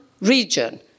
region